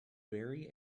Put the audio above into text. very